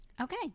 Okay